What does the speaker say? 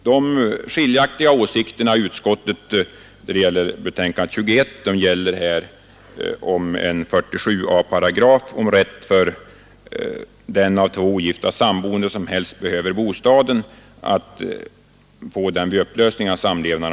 De skiljaktiga åsikterna i utskottet gäller 47 a § om rätt för den av två ogifta samboende som bäst behöver bostaden att Nr 105 få denna vid upplösning av samlevnaden.